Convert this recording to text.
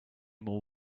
more